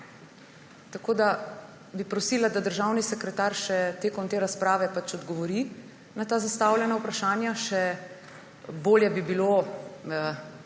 Tako da bi prosila, da državni sekretar še tekom te razprave odgovori na ta zastavljena vprašanja. Še bolje bi bilo,